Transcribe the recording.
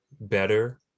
better